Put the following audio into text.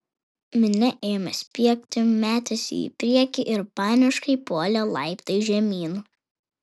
minia ėmė spiegti metėsi į priekį ir paniškai puolė laiptais žemyn